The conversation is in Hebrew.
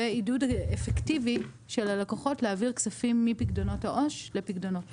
ועידוד אפקטיבי של הלקוחות להעביר כספים מפיקדונות העו"ש לפיקדונות ממש.